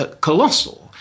colossal